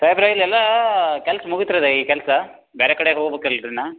ಸಾಯ್ಬ್ರೆ ಇಲ್ಲೆಲ್ಲಾ ಕೆಲ್ಸ ಮುಗಿತ್ರರೆ ಕೆಲ್ಸ ಬ್ಯಾರೆ ಕಡೆ ಹೊಗ್ಬೇಕಲ್ರಿ ನಾ